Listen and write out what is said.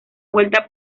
vuelta